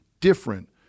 different